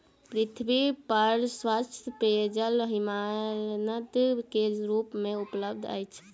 पृथ्वी पर स्वच्छ पेयजल हिमनद के रूप में उपलब्ध अछि